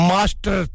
Master